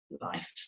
life